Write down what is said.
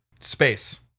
Space